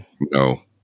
No